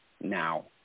now